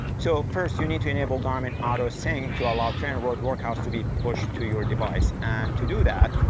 so first, you need to enable garmin autosync to allow trainerroad workouts to be pushed to your device. and to do that,